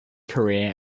career